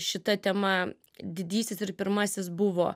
šita tema didysis ir pirmasis buvo